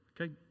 Okay